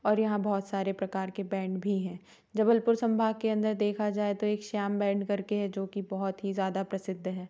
और यहाँ बहुत सारे प्रकार के बैंड भी हैं जबलपुर संभाग के अंदर देखा जाए तो एक श्याम बैंड कर के है जो कि बहुत ही ज़्यादा प्रसिद्ध है